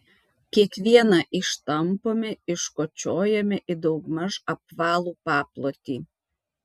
kiekvieną ištampome iškočiojame į daugmaž apvalų paplotį